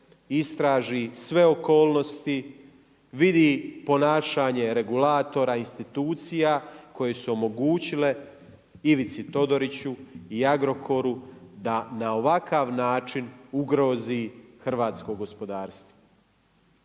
istraži sve okolnosti, vidi ponašanje regulatora i institucija koji su omogućile Ivici Todoriću i Agrokoru da na ovakav način ugrozi hrvatskog gospodarstvo.